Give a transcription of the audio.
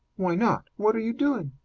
why not? what are you doing?